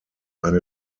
eine